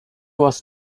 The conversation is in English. was